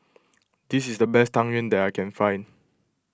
this is the best Tang Yuen that I can find